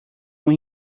uma